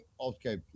okay